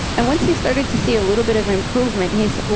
and once he started to see a little bit of improvement, he said, well,